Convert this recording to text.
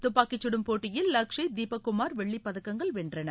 துப்பாக்கிச்சூடும் போட்டியில் லக்ஷை தீபக் குமார் வெள்ளிப் பதக்கங்கள் வென்றனர்